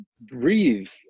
breathe